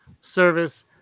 service